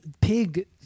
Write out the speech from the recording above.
Pig